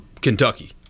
Kentucky